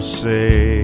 say